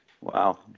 Wow